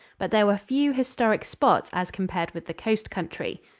but there were few historic spots as compared with the coast country.